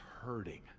hurting